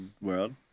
World